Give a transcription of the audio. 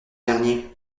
dernier